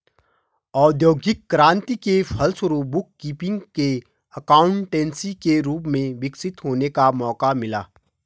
औद्योगिक क्रांति के फलस्वरूप बुक कीपिंग को एकाउंटेंसी के रूप में विकसित होने का मौका मिला